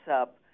up